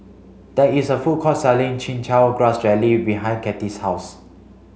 there is a food court selling chin chow grass jelly behind Cathie's house